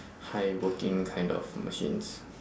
high working kind of machines